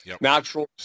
natural